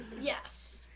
Yes